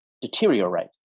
deteriorate